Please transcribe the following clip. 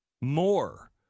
more